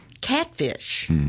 catfish